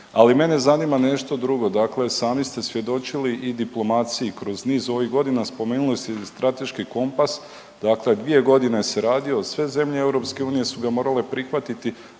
ali mene zanima nešto drugo. Dakle, sami ste svjedočili i diplomaciji kroz niz ovih godina spomenuli ste i strateški kompas, dakle dvije godine se radio sve zemlje EU su ga morale prihvatiti,